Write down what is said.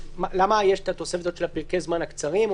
למה יש התוספת של פרקי הזמן הקצרים?